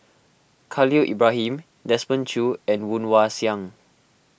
Khalil Ibrahim Desmond Choo and Woon Wah Siang